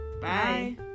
bye